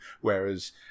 Whereas